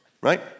right